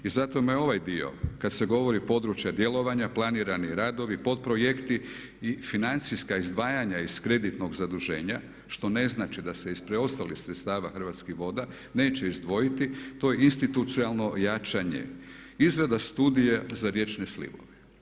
I zato me ovaj dio kada se govori o područjima djelovanja, planirani radovi, podprojekti i financijska izdvajanja iz kreditnog zaduženja što ne znači da se iz preostalih sredstava Hrvatskih voda neće izdvojiti to je institucionalno jačanje, izrada studija za riječne slivove.